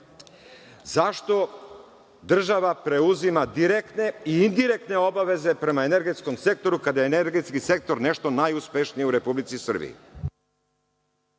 zašto država preuzima direktne i indirektne obaveze prema energetskom sektoru kada je energetski sektor nešto najuspešniji u Republici Srbiji?